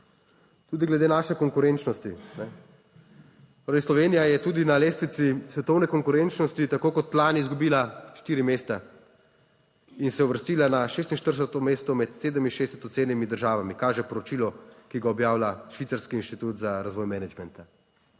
Tudi glede naše konkurenčnosti, torej Slovenija je tudi na lestvici svetovne konkurenčnosti, tako kot lani, izgubila štiri mesta in se uvrstila na 46. mesto med 67. ocenjenimi državami, kaže poročilo, ki ga objavlja švicarski inštitut za razvoj menedžmenta.